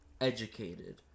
educated